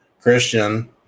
Christian